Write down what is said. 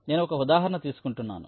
నేను ఒక ఉదాహరణ తీసుకుంటున్నాను